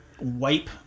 wipe